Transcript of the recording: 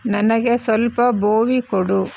ನನಗೆ ಸ್ವಲ್ಪ ಬೋವಿ ಕೊಡು